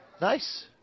Nice